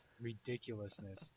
Ridiculousness